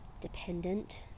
dependent